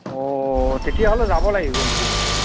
অ' তেতিয়াহ'লে যাব লাগিব মিটিংলৈ